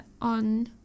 on